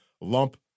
lump